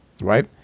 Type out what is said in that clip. right